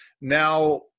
Now